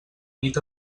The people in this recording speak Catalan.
nit